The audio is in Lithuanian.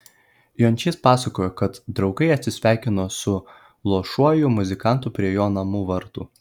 jončys pasakojo kad draugai atsisveikino su luošuoju muzikantu prie jo namų vartų